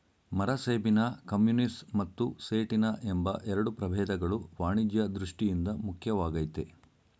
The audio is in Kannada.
ಮರಸೇಬಿನ ಕಮ್ಯುನಿಸ್ ಮತ್ತು ಸೇಟಿನ ಎಂಬ ಎರಡು ಪ್ರಭೇದಗಳು ವಾಣಿಜ್ಯ ದೃಷ್ಠಿಯಿಂದ ಮುಖ್ಯವಾಗಯ್ತೆ